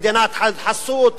מדינת חסות,